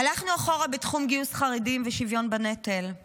הלכנו אחורה בתחום גיוס חרדים ושוויון בנטל;